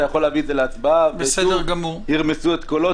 אתה יכול להביא את זה להצבעה ושוב ירמסו את קולו.